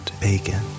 bacon